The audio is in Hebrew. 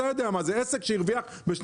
אתה יודע מה זה - עסק שהרוויח ב-2020,